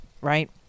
Right